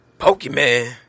Pokemon